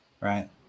Right